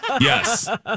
Yes